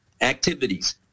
activities